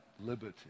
liberty